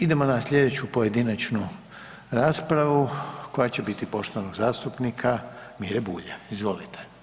Idemo na slijedeću pojedinačnu raspravu koja će biti poštovanog zastupnika Mire Bulja, izvolite.